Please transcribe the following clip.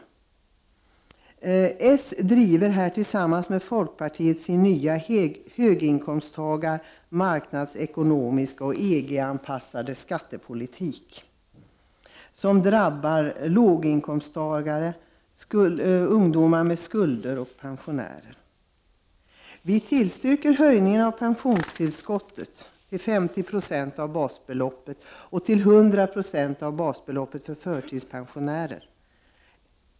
Socialdemokraterna driver här tillsammans med folkpartiet sin nya höginkomsttagar-, marknadsekonomioch EG-anpassade skattepolitik, som drabbar låginkomsttagare, ungdomar med skulder och pensionärer. Vi tillstyrker höjningen av pensionstillskottet till 50 20 av basbeloppet och till 100 96 av basbeloppet för förtidspensionärer.